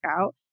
out